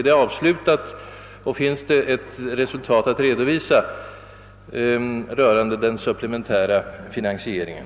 är arbetet avslutat och finns det sålunda ett konkret resultat att redovisa rörande den supplementära finansieringen?